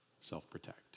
self-protect